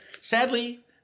Sadly